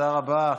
תודה רבה.